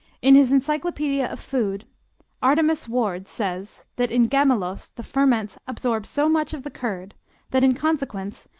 in his encyclopedia of food artemas ward says that in gammelost the ferments absorb so much of the curd that in consequence,